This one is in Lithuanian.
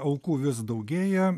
aukų vis daugėja